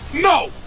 No